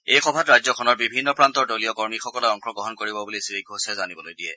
এই সভাত ৰাজ্যখনৰ বিভিন্ন প্ৰান্তৰ দলীয় কৰ্মীসকলে অংশগ্ৰহণ কৰিব বুলি শ্ৰীঘোষে জানিবলৈ দিয়ে